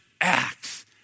acts